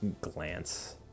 glance